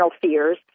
fears